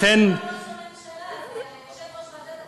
זה לא ראש הממשלה, זה יושב-ראש ועדת הכספים.